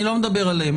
אני לא מדבר עליהם.